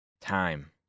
Time